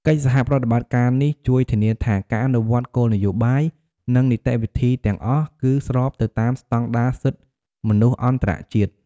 កិច្ចសហប្រតិបត្តិការនេះជួយធានាថា ការអនុវត្តគោលនយោបាយ និងនីតិវិធីទាំងអស់គឺស្របទៅនឹងស្តង់ដារសិទ្ធិមនុស្សអន្តរជាតិ។